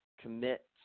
commit